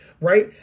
right